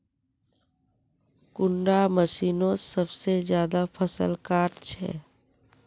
कुंडा मशीनोत सबसे ज्यादा फसल काट छै?